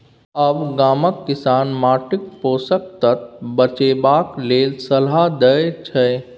आब गामक किसान माटिक पोषक तत्व बचेबाक लेल सलाह दै छै